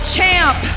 Champ